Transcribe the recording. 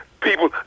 people